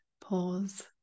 pause